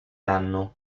anno